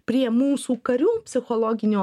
prie mūsų karių psichologinio